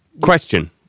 question